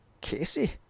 Casey